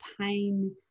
pain